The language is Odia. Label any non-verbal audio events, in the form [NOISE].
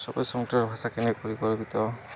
ସବୁ [UNINTELLIGIBLE] ଭାଷା [UNINTELLIGIBLE]